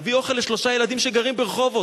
להביא אוכל לשלושה ילדים שגרים ברחובות.